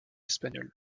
espagnols